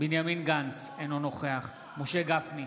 בנימין גנץ, אינו נוכח משה גפני,